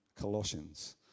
Colossians